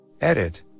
Edit